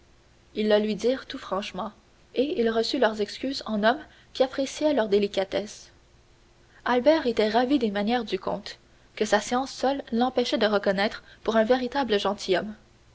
ils le lui dirent tout franchement et il reçut leurs excuses en homme qui appréciait leur délicatesse albert était ravi des manières du comte que sa science seule l'empêchait de reconnaître pour un véritable gentilhomme